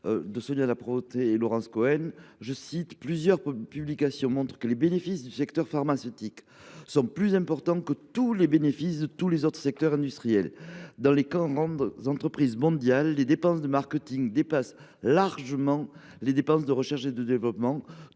de médecine au Collège de France. Selon lui, plusieurs publications montrent que les bénéfices du secteur pharmaceutique sont plus importants que ceux de tous les autres secteurs industriels. Dans les plus grandes entreprises mondiales, les dépenses de marketing dépassent largement les dépenses de recherche et de développement.